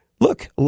look